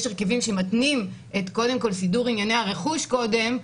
יש מרכיבים שמתנים קודם כל את סידור ענייני הרכוש קודם,